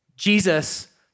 Jesus